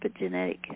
epigenetic